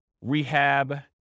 rehab